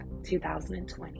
2020